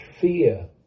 fear